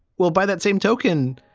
well, by that same token,